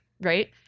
Right